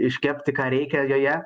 iškepti ką reikia joje